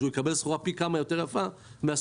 שהוא יקבל סחורה פי כמה יותר יפה מהסופר.